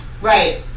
Right